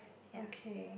okay